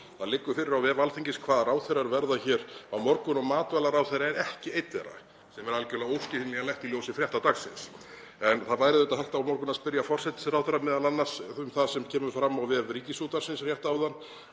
Það liggur fyrir á vef Alþingis hvaða ráðherrar verða hér á morgun og matvælaráðherra er ekki einn þeirra, sem er algjörlega óskiljanlegt í ljósi frétta dagsins. En það væri auðvitað hægt á morgun að spyrja forsætisráðherra m.a. um það sem kom fram á vef Ríkisútvarpsins rétt áðan